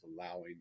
allowing